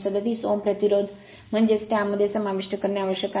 37 ohm प्रतिरोध म्हणजे त्या मध्ये समाविष्ट करणे आवश्यक आहे